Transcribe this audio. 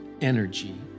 energy